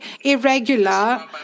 irregular